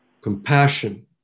compassion